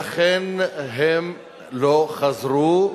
ואכן, הם לא חזרו,